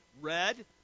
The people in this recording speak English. red